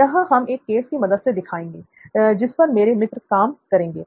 यह हम एक केस की मदद से दिखाएँगे जिस पर मेरे मित्र काम करेंगे